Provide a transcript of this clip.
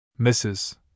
Mrs